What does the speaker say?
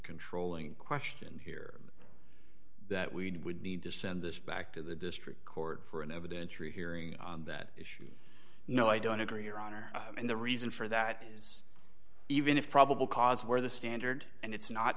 controlling question here that we would need to send this back to the district court for an evidentiary hearing on that issue no i don't agree your honor and the reason for that is even if probable cause where the standard and it's not